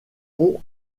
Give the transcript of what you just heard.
pont